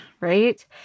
right